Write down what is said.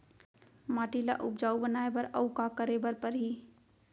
माटी ल उपजाऊ बनाए बर अऊ का करे बर परही?